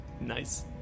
nice